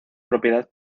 propiedad